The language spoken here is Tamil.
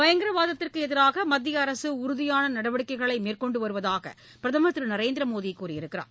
பயங்கரவாதத்திற்கு எதிராக மத்திய அரசு உறுதியான நடவடிக்கைகளை மேற்கொண்டு வருவதாக பிரதமர் திரு நரேந்திரமோடி கூறியிருக்கிறார்